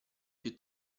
più